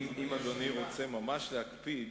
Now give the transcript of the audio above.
אם אדוני רוצה ממש להקפיד,